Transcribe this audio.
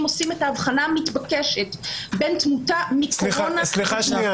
עושים את האבחנה המתבקשת בין תמותה מקורונה --- סליחה שנייה.